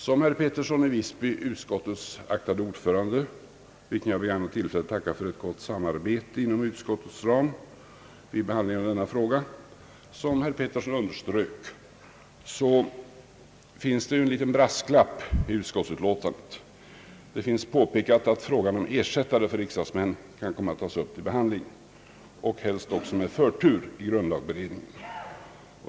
Som herr Georg Pettersson, utskottets aktade ordförande — vilken jag begagnar tillfället att tacka för ett gott samarbete inom utskottets ram — underströk finns det en liten brasklapp i utskottsutlåtandet. Det påpekas nämligen att frågan om ersättare för riksdagsmän kan komma att tas upp till behandling och helst också med förtur av grundlagberedningen.